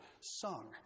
sung